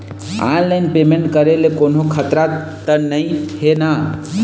Online payment करे ले कोन्हो खतरा त नई हे न?